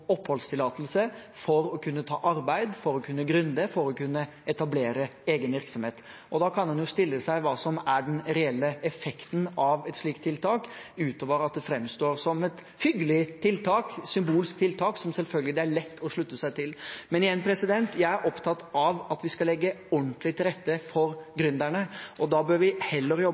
oppholdstillatelse for å kunne ta arbeid, for å kunne være gründer, for å kunne etablere egen virksomhet. Da kan en jo spørre seg hva som er den reelle effekten av et slikt tiltak utover at det framstår som et hyggelig tiltak, et symbolsk tiltak, som det selvfølgelig er lett å slutte seg til. Jeg er opptatt av at vi skal legge ordentlig til rette for gründerne, og da bør vi heller jobbe